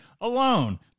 alone